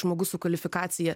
žmogus su kvalifikacija